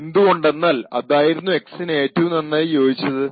എന്തുകൊണ്ടെന്നാൽ അതായിരുന്നു X ന് ഏറ്റവും നന്നായി യോജിച്ചത്